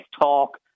talk